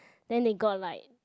then they got like